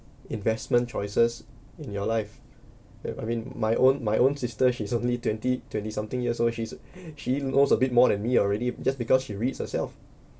investment choices in your life that I mean my own my own sister she's only twenty twenty something years old she's she knows a bit more than me already just because she reads herself